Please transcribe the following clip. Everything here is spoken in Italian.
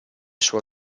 suoi